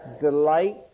delight